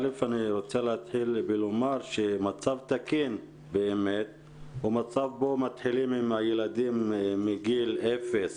רוצה לומר שמצב תקין באמת הוא מצב בו מתחילים עם הילדים מגיל אפס